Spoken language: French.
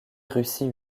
russie